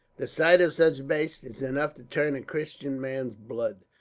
the sight of such bastes is enough to turn a christian man's blood.